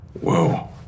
Whoa